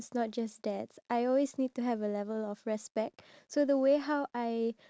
like be it any topic I would always